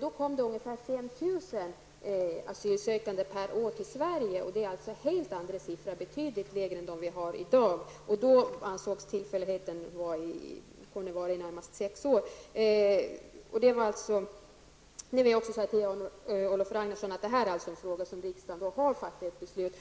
Då kom ungefär 5 000 asylsökande per år till Sverige. Det är helt andra siffror och betydligt lägre än de som finns i dag. När motsvarande regel tillämpades ansågs tillfälligheten kunna vara i närmast sex år. Detta gäller en fråga där riksdagens faktiskt har fattat ett beslut.